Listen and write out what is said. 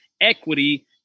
equity